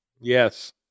yes